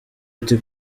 uti